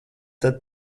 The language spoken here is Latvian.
tad